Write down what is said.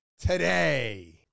today